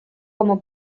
como